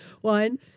One